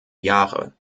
jahre